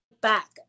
back